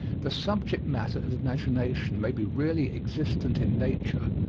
the subject-matter of imagination may be really existent in nature,